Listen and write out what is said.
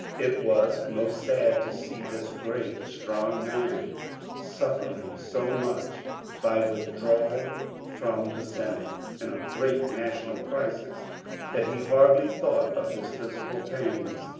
it was most sad to see this great strong man suffering so much by withdrawal from the senate in a great national crisis that he hardly thought of his physical pains,